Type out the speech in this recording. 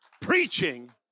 preaching